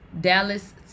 Dallas